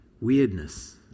weirdness